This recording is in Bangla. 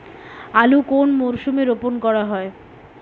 আলু কোন মরশুমে রোপণ করা হয়?